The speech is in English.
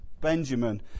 Benjamin